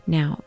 Now